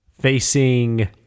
Facing